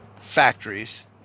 factories